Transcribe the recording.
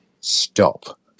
stop